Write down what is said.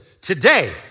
Today